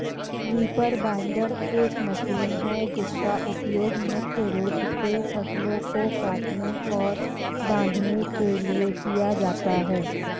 reaper binder एक machine है जिसका उपयोग मुख्य रूप से फसलों को काटने और बांधने के लिए किया जाता है